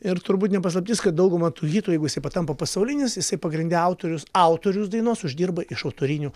ir turbūt ne paslaptis kad dauguma tų hitų jeigu jisai patampa pasaulinis jisai pagrinde autorius autorius dainos uždirba iš autorinių